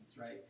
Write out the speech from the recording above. right